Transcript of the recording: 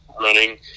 running